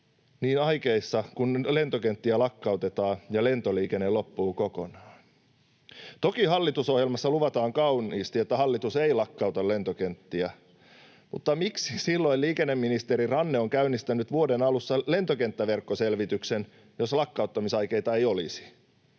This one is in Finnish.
niissä aikeissa, että lentokenttiä lakkautetaan ja lentoliikenne loppuu kokonaan. Toki hallitusohjelmassa luvataan kauniisti, että hallitus ei lakkauta lentokenttiä, mutta miksi silloin liikenneministeri Ranne on käynnistänyt vuoden alussa lentokenttäverkkoselvityksen, jos lakkauttamisaikeita ei olisi?